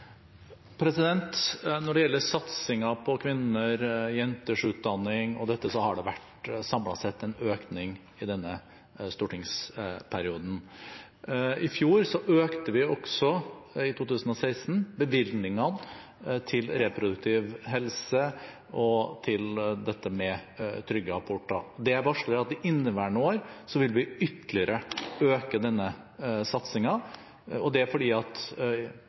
Når det gjelder satsingen på kvinner og jenters utdanning osv., har det vært samlet sett en økning i denne stortingsperioden. I fjor, i 2016, økte vi også bevilgningene til reproduktiv helse og trygge aborter. Det jeg varsler, er at i inneværende år vil vi ytterligere øke denne satsingen. Det er fordi det er viktig, og det er en helt vesentlig satsing i en situasjon hvor vi ser at